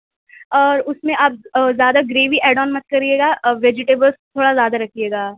اور اس میں آپ زیادہ گریوی ایڈ آن مت کریے گا ویجیٹیبلس تھوڑا زیادہ رکھیے گا